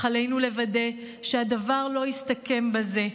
אך עלינו לוודא שהדבר לא יסתכם בזה.